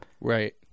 right